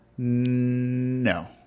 No